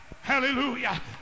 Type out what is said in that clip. hallelujah